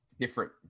different